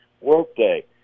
workday